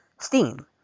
Steam